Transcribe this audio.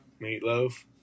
Meatloaf